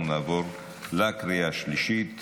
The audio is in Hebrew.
אנחנו נעבור לקריאה השלישית